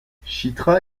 chitra